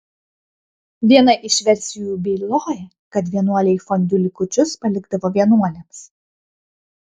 viena iš versijų byloja kad vienuoliai fondiu likučius palikdavo vienuolėms